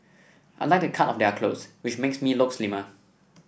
I like the cut of their clothes which makes me look slimmer